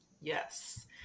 Yes